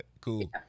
cool